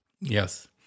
Yes